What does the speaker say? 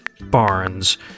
barns